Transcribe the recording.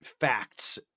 facts